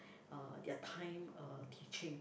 uh their time uh teaching